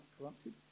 corrupted